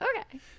Okay